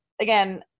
again